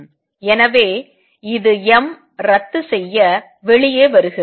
எனவே இது m ரத்து செய்யவெளியே வருகிறது